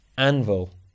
anvil